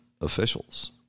officials